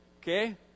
Okay